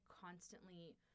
constantly